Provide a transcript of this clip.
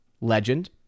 Legend